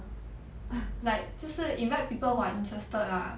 ah like 就是 invite people who are interested lah